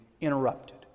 interrupted